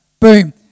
Boom